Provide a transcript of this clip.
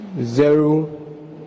zero